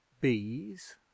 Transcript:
Bees